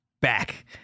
back